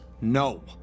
No